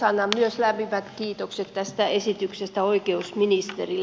annan myös lämpimät kiitokset tästä esityksestä oikeusministerille